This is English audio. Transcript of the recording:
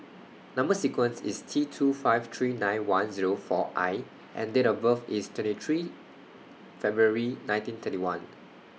Number sequence IS T two five three nine one Zero four I and Date of birth IS twenty three February nineteen thirty one